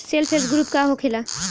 Self help group का होखेला?